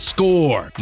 Score